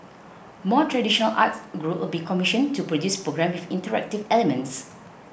more traditional arts groups will be commissioned to produce programmes with interactive elements